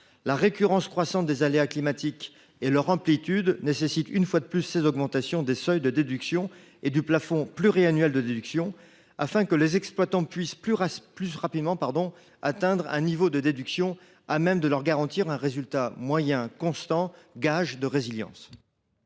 la récurrence croissante des aléas climatiques et leur amplitude nécessitent une augmentation non seulement des seuils de déduction, mais également du plafond pluriannuel de déduction, afin que les exploitants puissent, plus rapidement, atteindre un niveau de déduction à même de leur garantir un résultat moyen constant, gage de résilience.